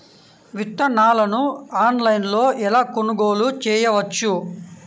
విత్తనాలను ఆన్లైనులో ఎలా కొనుగోలు చేయవచ్చు?